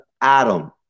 Adam